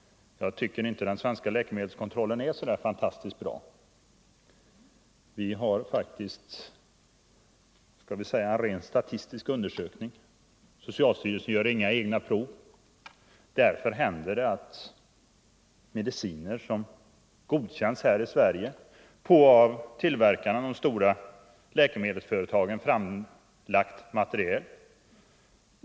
Jag tycker inte den svenska läkemedelskontrollen är så fantastiskt bra. Vi har faktiskt skall vi säga en rent statistisk undersökning. Socialstyrelsen gör inga egna prov. Därför händer det att mediciner godkänns här i Sverige på av tillverkarna, de stora läkemedelsföretagen, framlagt material.